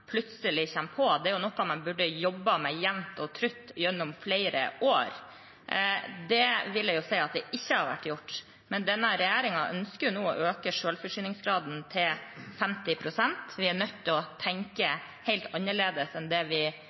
burde jobbe med jevnt og trutt gjennom flere år. Det vil jeg si at ikke har vært gjort, men denne regjeringen ønsker nå å øke selvforsyningsgraden til 50 pst. Vi er nødt til å tenke helt annerledes enn det vi